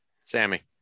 Sammy